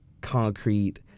concrete